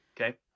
Okay